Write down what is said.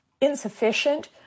insufficient